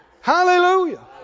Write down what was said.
Hallelujah